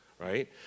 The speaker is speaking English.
right